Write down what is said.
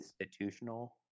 institutional